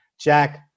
Jack